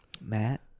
matt